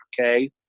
Okay